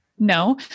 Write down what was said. No